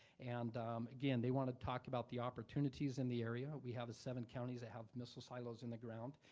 and again, they wanna talk about the opportunities in the area. we have seven counties that have missile silos in the ground.